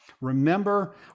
Remember